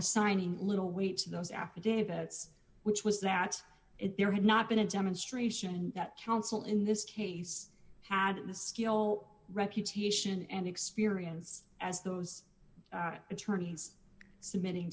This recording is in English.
assigning little weight to those affidavits which was that if there had not been a demonstration that counsel in this case had the skill reputation and experience as those attorneys submitting